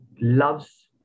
loves